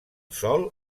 sòl